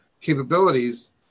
capabilities